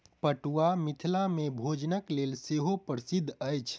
पटुआ मिथिला मे भोजनक लेल सेहो प्रसिद्ध अछि